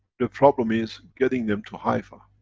the problem is, getting them to haifa.